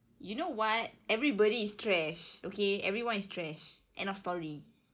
you know what everybody is trash okay everyone is trash end of story